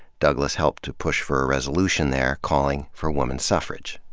douglass helped to push for a resolution there calling for woman suffrage.